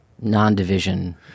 non-division